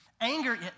Anger